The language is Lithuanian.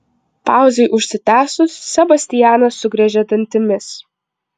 pauzei užsitęsus sebastianas sugriežė dantimis